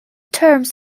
terms